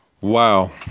Wow